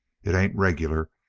it ain't regular,